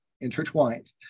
intertwined